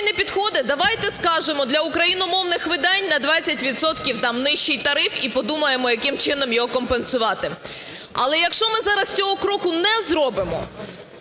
не підходить – давайте скажемо: для україномовних видань на 20 відсотків там нищий тариф, і подумаємо, яким чином його компенсувати. Але якщо ми зараз цього кроку не зробимо,